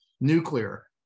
nuclear